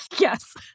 Yes